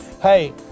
hey